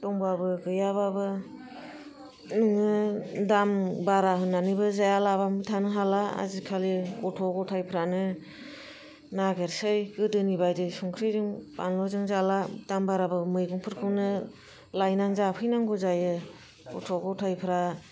दंबावो गैयाबाबो नोङो दाम बारा होन्नानैबो जायालाबानो थानो हाला आजिखालि गथ' गथाइफ्रानो नागेरसै गोदोनि बायदि संख्रिजों बानलुजों जाला दाम बाराबाबो मैगंफोरखौनो लायनानै जाफै नांगौ जायो गथ' गथाइफ्रा